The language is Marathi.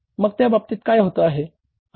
मग त्या बाबतीत काय होत आहे